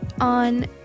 on